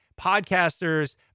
podcasters